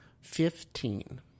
Fifteen